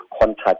contact